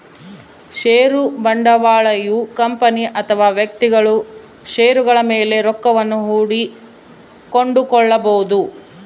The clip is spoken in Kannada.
ಷೇರು ಬಂಡವಾಳಯು ಕಂಪನಿ ಅಥವಾ ವ್ಯಕ್ತಿಗಳು ಷೇರುಗಳ ಮೇಲೆ ರೊಕ್ಕವನ್ನು ಹೂಡಿ ಕೊಂಡುಕೊಳ್ಳಬೊದು